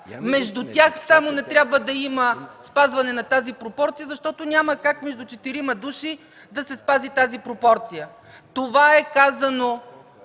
между тях само не трябва да има спазване на тази пропорция, защото няма как между четирима души да се спази тази пропорция. Това е казано